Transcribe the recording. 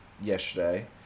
yesterday